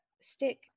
stick